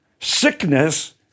Sickness